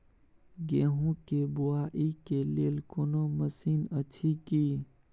गेहूँ के बुआई के लेल कोनो मसीन अछि की?